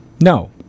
No